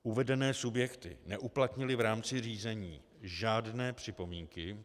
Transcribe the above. Uvedené subjekty neuplatnily v rámci řízení žádné připomínky.